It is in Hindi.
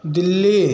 दिल्ली